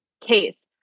case